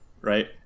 right